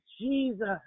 Jesus